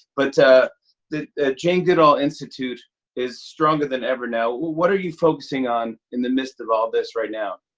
but ah the jane goodall institute is stronger than ever now. what are you focusing on in the midst of all this right now?